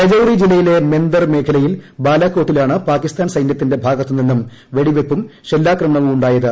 രജൌരി ജില്ലയിലെ മെന്ദർ മേഖലയിൽ ബാലാക്കോട്ടിലാണ് പാകിസ്ഥാൻ സൈനൃത്തിന്റെ ഭാഗത്തുനിന്നും വെടിവയ്പ്പും ഷെല്ലാക്രമണവും ഉണ്ടായത്